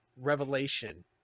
revelation